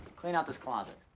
clean out this closet.